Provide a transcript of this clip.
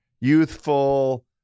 youthful